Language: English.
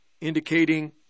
indicating